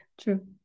True